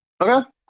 Okay